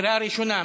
קריאה ראשונה,